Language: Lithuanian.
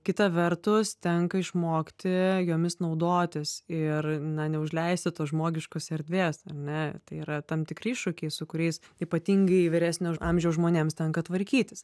kita vertus tenka išmokti jomis naudotis ir na neužleisti tos žmogiškos erdvės ar ne tai yra tam tikri iššūkiai su kuriais ypatingai vyresnio amžiaus žmonėms tenka tvarkytis